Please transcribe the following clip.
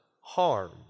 harm